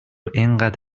انقد